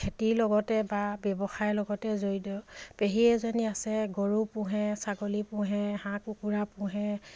খেতিৰ লগতে বা ব্যৱসায়ৰ লগতে জড়িত পেহী এজনী আছে গৰু পোহে ছাগলী পোহে হাঁহ কুকুৰা পোহে